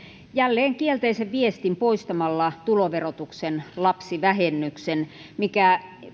jälleen kielteisen viestin poistamalla tuloverotuksen lapsivähennyksen mikä